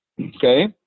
Okay